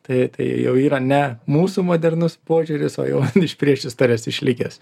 tai tai jau yra ne mūsų modernus požiūris o jau iš priešistorės išlikęs